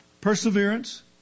perseverance